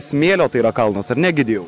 smėlio tai yra kalnas ar ne egidijau